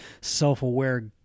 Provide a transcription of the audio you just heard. self-aware